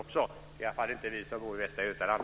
Det är i alla fall inte vi som bor i Västra Götaland.